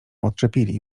odczepili